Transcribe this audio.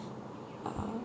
uh